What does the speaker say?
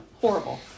Horrible